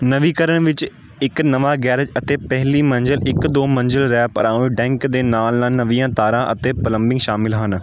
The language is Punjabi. ਨਵੀਨੀਕਰਨ ਵਿੱਚ ਇੱਕ ਨਵਾਂ ਗੈਰਾਜ ਅਤੇ ਪਹਿਲੀ ਮੰਜ਼ਿਲ ਇੱਕ ਦੋ ਮੰਜ਼ਿਲਾ ਰੈਪ ਅਰਾਊਂਡ ਡੈਂਕ ਦੇ ਨਾਲ ਨਾਲ ਨਵੀਆਂ ਤਾਰਾਂ ਅਤੇ ਪਲੰਬਿੰਗ ਸ਼ਾਮਲ ਹਨ